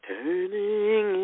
Turning